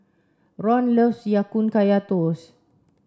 Ron loves Ya Kun Kaya Toast